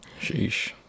Sheesh